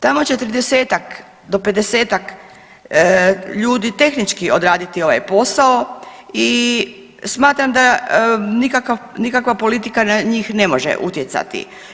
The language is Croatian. Tamo 40-ak do 50-ak ljudi tehnički odraditi ovaj posao i smatram da nikakav, nikakva politika na njih ne može utjecati.